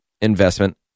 investment